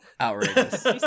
Outrageous